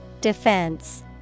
Defense